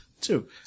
Two